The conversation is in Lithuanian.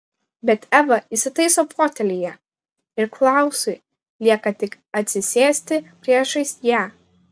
bet eva įsitaiso fotelyje ir klausui lieka tik atsisėsti priešais ją